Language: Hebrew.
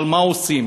אבל מה עושים?